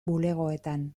bulegoetan